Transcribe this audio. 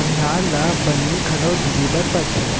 बनिहार ल बनी घलौ दिये बर परथे